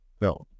No